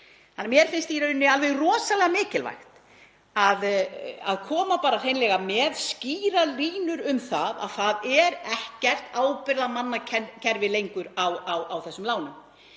gömul. Mér finnst í rauninni alveg rosalega mikilvægt að koma bara hreinlega með skýrar línur um það að það er ekkert ábyrgðarmannakerfi lengur á þessum lánum.